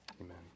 amen